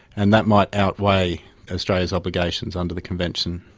and that might outweigh australia's obligations under the convention.